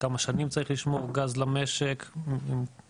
לכמה שנים צריך לשמור גז למשק כדי